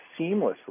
seamlessly